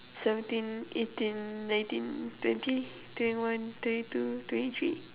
seventeen eighteen nineteen twenty twenty one twenty two twenty three